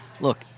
look